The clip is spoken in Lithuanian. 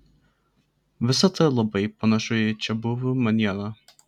visa tai labai panašu į čiabuvių manierą